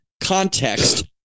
context